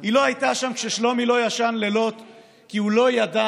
היא לא הייתה שם כששלומי לא ישן בלילות כי הוא לא ידע